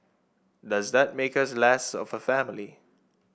does that make us less of a family